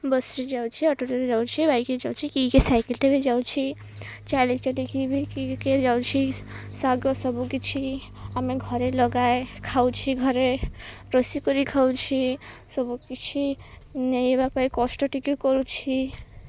ବସ୍ରେ ଯାଉଛି ଅଟୋରେ ଯାଉଛି ବାଇକ୍ରେ ଯାଉଛି କିଏ କିଏ ସାଇକେଲ୍ରେେ ବି ଯାଉଛି ଚାଲିି ଚାଲି କି ବି କିଏ କିଏ ଯାଉଛି ଶାଗ ସବୁକିଛି ଆମେ ଘରେ ଲଗାଏ ଖାଉଛି ଘରେ ରୋଷେଇ କରି ଖାଉଛି ସବୁକିଛି ନେଇବା ପାଇଁ କଷ୍ଟ ଟିକେ କରୁଛି